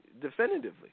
definitively